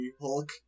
Hulk